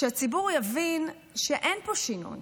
שהציבור יבין שאין פה שינוי,